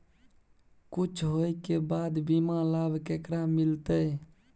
कुछ होय के बाद बीमा लाभ केकरा मिलते?